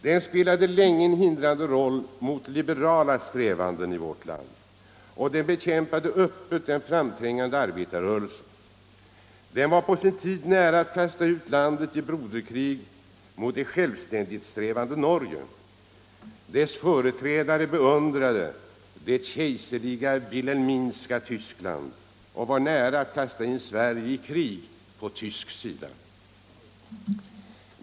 Den spelade länge en hindrande roll när det gäller liberala strävanden i vårt land och bekämpade öppet den framträngande arbetarrörelsen. Den var på sin tid nära att kasta ut landet i broderkrig mot det självständighetssträvande Norge. Dess företrädare beundrade kejsar 63 Wilhelms Tyskland och var nära att kasta in Sverige i krig på tysk sida.